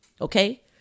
Okay